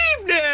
evening